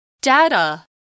Data